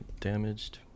damaged